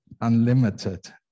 unlimited